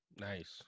nice